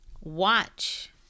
Watch